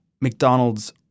McDonald's